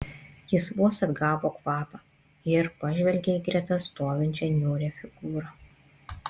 jis vos atgavo kvapą ir pažvelgė į greta stovinčią niūrią figūrą